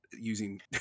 using